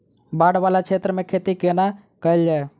बाढ़ वला क्षेत्र मे खेती कोना कैल जाय?